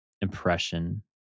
impression